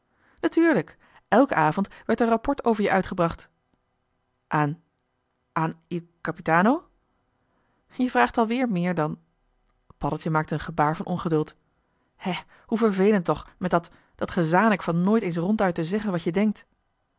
natuurlijk elken avond werd er rapport over je uitgebracht aan aan il capitano je vraagt alweer meer dan paddeltje maakte een gebaar van ongeduld hê hoe vervelend toch met dat dat gezanik van nooit eens ronduit te zeggen wat je denkt